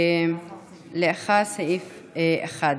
לאחר סעיף 1,